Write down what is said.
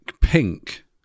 pink